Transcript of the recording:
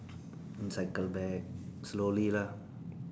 then cycle back slowly lah